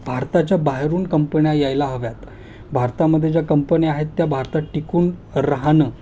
भारताच्या बाहेरून कंपन्या यायला हव्यात भारतामध्ये ज्या कंपन्या आहेत त्या भारतात टिकून राहणं